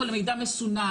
אבל המידע מסונן.